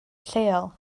lleol